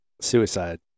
Suicide